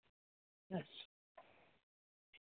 अच्छा